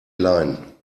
leihen